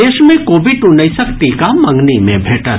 देश मे कोविड उन्नैसक टीका मंगनी मे भेटत